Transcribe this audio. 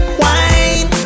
wine